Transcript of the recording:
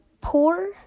poor